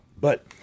But-